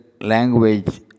language